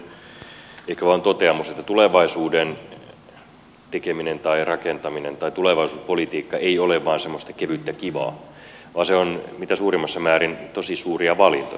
ensimmäinen on ehkä vain toteamus että tulevaisuuden tekeminen tai rakentaminen tulevaisuuspolitiikka ei ole vain semmoista kevyttä kivaa vaan se on mitä suurimmassa määrin tosi suuria valintoja